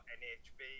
nhb